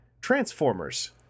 Transformers